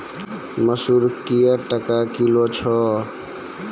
मसूर क्या टका किलो छ?